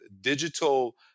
digital